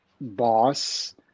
boss